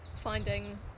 finding